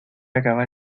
acabar